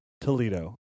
Toledo